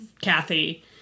Kathy